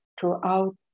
throughout